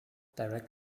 direct